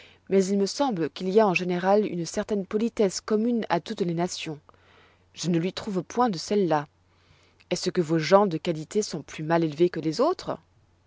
mais il me semble qu'il y a en général une certaine politesse commune à toutes les nations je ne lui trouve point de celle-là est-ce que vos gens de qualité sont plus mal élevés que les autres